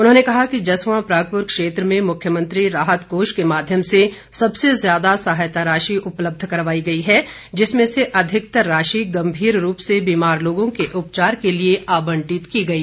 उन्होंने कहा कि जसवां परगपुर क्षेत्र में मुख्यमंत्री राहत कोष के माध्यम से सबसे ज्यादा सहायता राशि उपलब्ध करवाई गई है जिसमें से अधिकतर राशि गंभीर रूप से बीमार लोगों के उपचार के लिए आबंटित की गई है